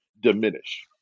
diminish